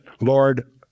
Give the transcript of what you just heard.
Lord